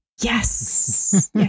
Yes